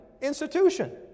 institution